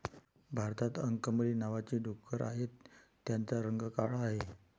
भारतात अंकमली नावाची डुकरं आहेत, त्यांचा रंग काळा आहे